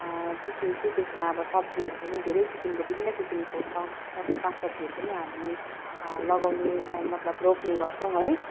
पछि चाहिँ त्यसमा अब सब्जीहरू पनि धेरै किसिमको विभिन्न किसिमको सब स सागसब्जीहरू पनि हामी लगाउने मतलब रोप्ने गर्छौँ है